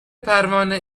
پروانه